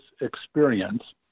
experience